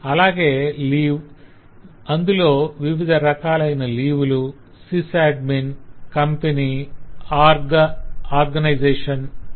అలాగే లీవ్ అందులో వివిధ రకాలైన లీవ్ లు సిస్ అడ్మిన్ కంపెనీ ఆర్గనైసేషణ్